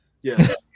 Yes